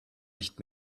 nicht